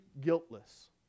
guiltless